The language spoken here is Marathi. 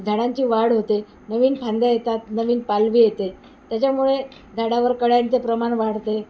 वाढ होते नवीन फांद्या येतात नवीन पालवी येते त्याच्यामुळे झाडावर कळ्यांचे प्रमाण वाढते